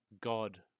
God